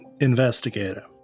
Investigator